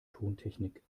tontechnik